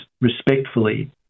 respectfully